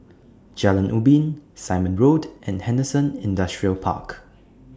Jalan Ubin Simon Road and Henderson Industrial Park